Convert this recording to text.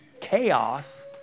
chaos